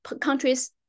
countries